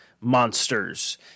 monsters